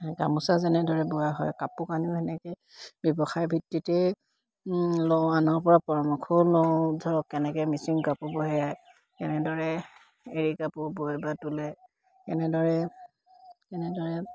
গামোচা যেনেদৰে বোৱা হয় কাপোৰ কানি সেনেকে ব্যৱসায় ভিত্ততেই লওঁ আনৰ পৰা পৰামৰ্শও লওঁ ধৰক কেনেকে মিচিং কাপোৰ কেনেদৰে এৰী কাপোৰ বয় বা তোলে কেনেদৰে কেনেদৰে